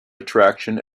attraction